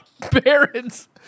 parents